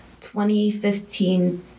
2015